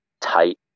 tight